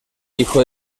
hijo